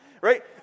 Right